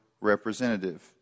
representative